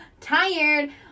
tired